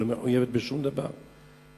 ולא מחויבת בשום דבר,